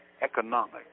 economic